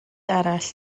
arall